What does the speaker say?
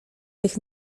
tych